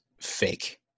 fake